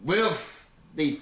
will be